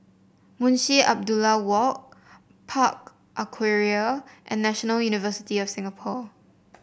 Munshi Abdullah Walk Park Aquaria and National University of Singapore